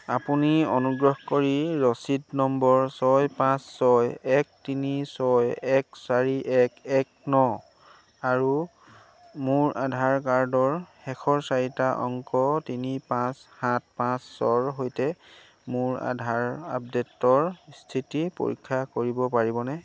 আপুনি অনুগ্ৰহ কৰি ৰচিদ নম্বৰ ছয় পাঁচ ছয় এক তিনি ছয় এক চাৰি এক এক ন আৰু মোৰ আধাৰ কাৰ্ডৰ শেষৰ চাৰিটা অংক তিনি পাঁচ সাত পাঁচৰ সৈতে মোৰ আধাৰ আপডেটৰ স্থিতি পৰীক্ষা কৰিব পাৰিবনে